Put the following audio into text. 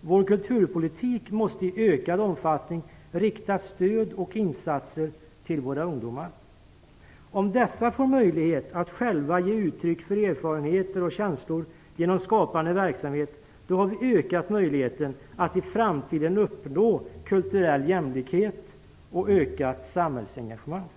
Vår kulturpolitik måste i ökad omfattning rikta stöd och insatser till våra ungdomar. Om dessa får möjlighet att själva ge uttryck för erfarenheter och känslor genom skapande verksamhet då har vi ökat möjligheten att i framtiden uppnå kulturell jämlikhet och ökat samhällsengagemang.